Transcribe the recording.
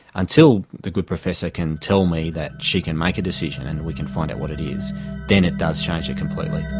until the good professor can tell me that she can make a decision and we can find out what it is then it does change it completely.